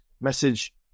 message